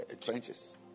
trenches